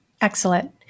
Excellent